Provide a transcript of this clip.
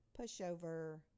pushover